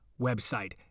website